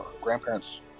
grandparents